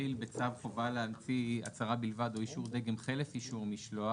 להחיל בצו חובה להמציא הצהרה בלבד או אישור דגם חלף אישור משלוח,